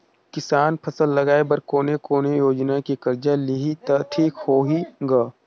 किसान फसल लगाय बर कोने कोने योजना ले कर्जा लिही त ठीक होही ग?